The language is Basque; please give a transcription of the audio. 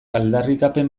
aldarrikapen